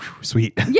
Sweet